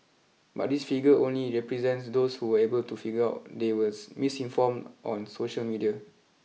but this figure only represents those who were able to figure out they were misinformed on social media